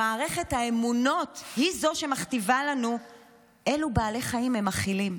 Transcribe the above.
מערכת האמונות היא שמכתיבה לנו אילו בעלי חיים הם אכילים,